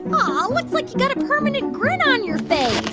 yeah aw, looks like you've got a permanent grin on your face